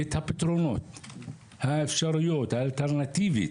את הפתרונות, האפשרויות, האלטרנטיבות,